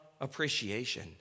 appreciation